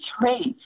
traits